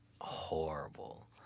horrible